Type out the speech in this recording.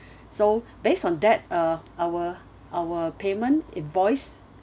so based on that uh our our payment invoice